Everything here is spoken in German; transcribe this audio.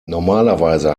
normalerweise